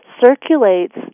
circulates